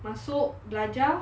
masuk belajar